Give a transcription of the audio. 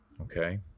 okay